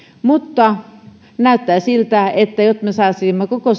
mutta näyttää siltä että jotta me saisimme koko